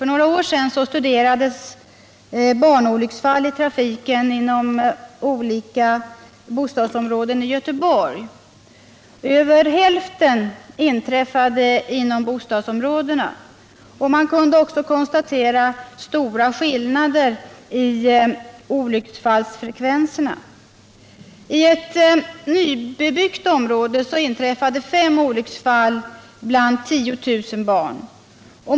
För några år sedan studerades barnolycksfall i trafiken inom olika bostadsområden i Göteborg. Över hälften inträffade inom bostadsområdena. Man kunde också konstatera stora skillnader i olycksfallsfrekvensen. I ett nybebyggt område inträffade 5 olycksfall bland 10 000 barn.